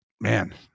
man